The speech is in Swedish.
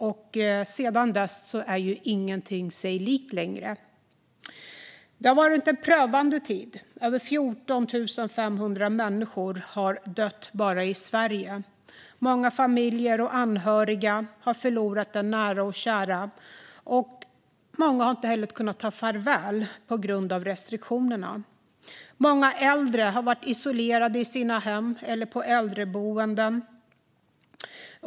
Sedan pandemin svepte in är ingenting sig likt längre. Det har varit en prövande tid. Över 14 500 människor har dött bara i Sverige. Många har förlorat anhöriga och nära och kära. Många har inte heller kunnat ta farväl av dem på grund av restriktionerna. Många äldre har varit isolerade i sina hem eller på äldreboenden.